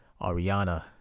Ariana